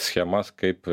schemas kaip